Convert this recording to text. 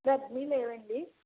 Redmi లేవండి